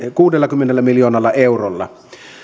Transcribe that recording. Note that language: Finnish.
kuudellakymmenellä miljoonalla eurolla